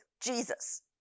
Jesus